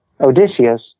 Odysseus